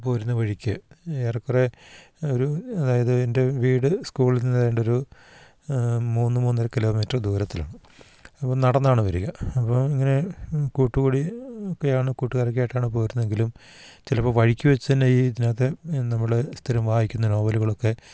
പോരുന്ന വഴിക്ക് ഏറെ കുറേ ഒരു അതായത് എൻ്റെ വീട് സ്കൂളിൽ നിന്ന് ഏതാണ്ടൊരു മൂന്ന് മൂന്നര കിലോമീറ്റർ ദൂരത്തിലാണ് അപ്പം നടന്നാണ് വരിക അപ്പം ഇങ്ങനെ കൂട്ടുകൂടി ഒക്കെയാണ് കൂട്ടുകാരൊക്കെ ആയിട്ടാണ് പോയിരുന്നതെങ്കിലും ചിലപ്പോൾ വഴിക്ക് വെച്ച് തന്നെ ഈ ഇതിനകത്ത് നമ്മൾ സ്ഥിരം വായിക്കുന്ന നോവലുകളൊക്കെ